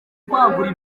kwagura